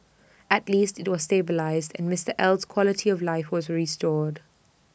at least IT was stabilised and Mister L's quality of life was restored